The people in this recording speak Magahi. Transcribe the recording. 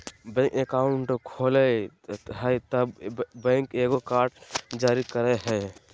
बैंक अकाउंट खोलय हइ तब बैंक एगो कार्ड जारी करय हइ